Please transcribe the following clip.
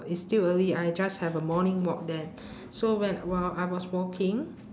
it's still early I just have a morning walk then so when while I was walking